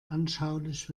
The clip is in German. anschaulich